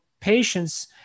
patients